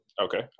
Okay